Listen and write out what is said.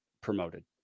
promoted